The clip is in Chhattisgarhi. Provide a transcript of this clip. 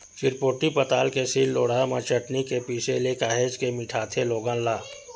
चिरपोटी पताल के सील लोड़हा म चटनी के पिसे ले काहेच के मिठाथे लोगन ला